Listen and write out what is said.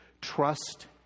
Trust